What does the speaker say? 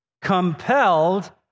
compelled